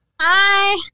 Hi